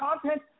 content